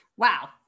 Wow